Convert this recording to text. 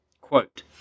Quote